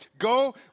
go